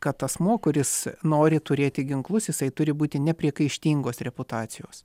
kad asmuo kuris nori turėti ginklus jisai turi būti nepriekaištingos reputacijos